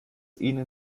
ihnen